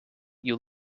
you